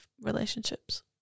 relationships